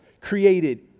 created